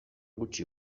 gutxi